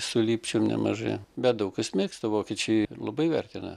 su lipčium nemažai bet daug kas mėgsta vokiečiai labai vertina